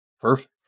Perfect